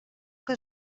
que